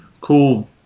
cool